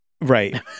right